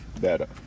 better